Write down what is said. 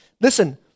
listen